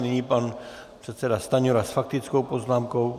Nyní pan předseda Stanjura s faktickou poznámkou.